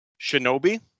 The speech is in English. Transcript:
Shinobi